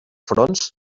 fronts